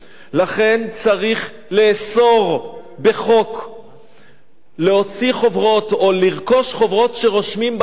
לכן צריך לאסור בחוק הוצאת חוברות או רכישת חוברות שרושמים בהן בפנים.